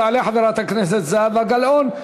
תעלה חברת הכנסת זהבה גלאון.